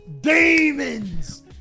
Demons